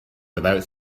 without